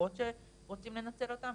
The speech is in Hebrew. נערות שרוצים לנצל אותן,